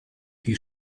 die